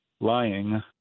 lying